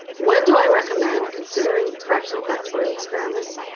when do i recommend considering fractional factorial experiments?